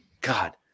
God